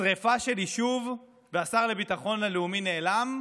שרפה של יישוב, והשר לביטחון לאומי נעלם,